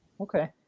okay